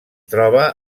troba